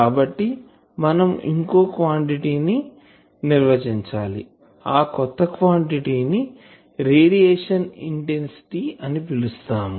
కాబట్టి మనం ఇంకో క్వాంటిటీ ని నిర్వచించాలి ఆ కొత్త క్వాంటిటీ ని రేడియేషన్ ఇంటెన్సిటీ అని పిలుస్తాము